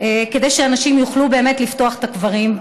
כדי שאנשים יוכלו באמת לפתוח את הקברים.